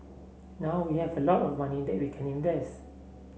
now we have a lot of money that we can invest